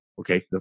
okay